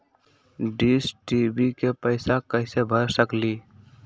Dish TV के पैईसा कईसे भर सकली?